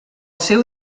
seu